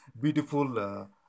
beautiful